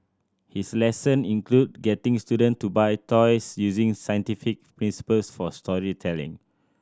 his lesson include getting student to buy toys using scientific principles for storytelling